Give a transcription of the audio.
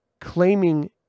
claiming